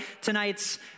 tonight's